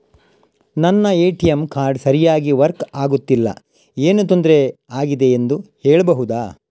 ನನ್ನ ATM card ಸರಿಯಾಗಿ work ಆಗುತ್ತಿಲ್ಲ, ಏನು ತೊಂದ್ರೆ ಆಗಿದೆಯೆಂದು ಹೇಳ್ಬಹುದಾ?